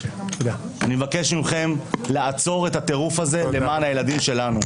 אני מבקש מכם לעצור את הטירוף הזה למען הילדים שלנו.